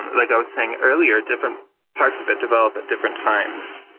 like i was saying earlier, different parts of it develop at different times.